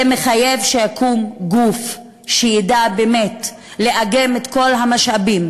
זה מחייב שיקום גוף שידע באמת לאגם את כל המשאבים